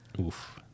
Oof